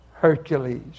Hercules